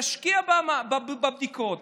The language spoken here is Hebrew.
תשקיע בבדיקות,